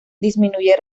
disminuye